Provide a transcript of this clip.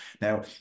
Now